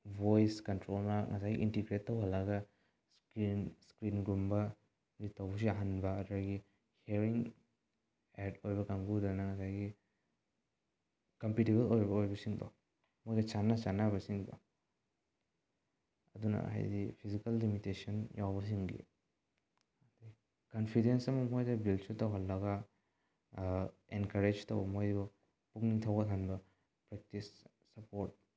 voice ꯀꯟꯇ꯭ꯔꯣꯜꯅ ꯉꯁꯥꯏꯒꯤ integrate ꯇꯧꯍꯜꯂꯒ ꯏꯁꯀ꯭ꯔꯤꯟꯀꯨꯝꯕ ꯔꯤꯗ ꯇꯧꯕꯁꯨ ꯌꯥꯍꯟꯕ ꯑꯗꯨꯗꯒꯤ ꯍꯤꯌꯥꯔꯤꯡ ꯑꯦꯠ ꯑꯣꯏꯕ ꯀꯥꯡꯕꯨꯗꯅ ꯉꯁꯥꯏꯒꯤ ꯀꯝꯄꯤꯇꯤꯕꯜ ꯑꯣꯏꯕ ꯑꯣꯏꯕꯁꯤꯡꯗꯣ ꯃꯣꯏꯒ ꯆꯥꯅ ꯆꯥꯅꯕꯁꯤꯡꯗꯣ ꯑꯗꯨꯅ ꯍꯥꯏꯗꯤ ꯐꯤꯖꯤꯀꯜ ꯂꯤꯃꯤꯇꯦꯁꯟ ꯌꯥꯎꯕꯁꯤꯡꯒꯤ ꯀꯟꯐꯤꯗꯦꯟꯁ ꯑꯃ ꯃꯣꯏꯗ ꯕꯤꯜꯁꯨ ꯇꯧꯍꯜꯂꯒ ꯑꯦꯟꯀꯔꯦꯟꯁ ꯇꯧꯕ ꯃꯣꯏꯕꯨ ꯄꯨꯛꯅꯤꯡ ꯊꯧꯒꯠꯍꯟꯕ ꯄ꯭ꯔꯥꯛꯇꯤꯁ ꯁꯄꯣꯔꯠ